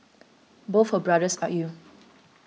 both her brothers are ill